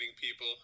people